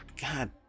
God